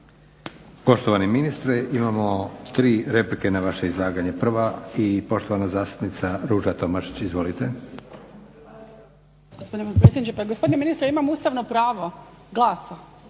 gospodine ministre imam ustavno pravo glasa